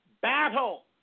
battle